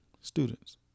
students